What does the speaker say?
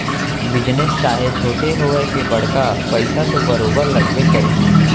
business चाहे छोटे होवय के बड़का पइसा तो बरोबर लगबे करही